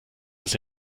dass